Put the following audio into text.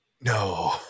no